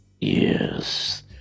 Yes